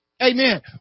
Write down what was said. Amen